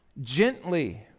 gently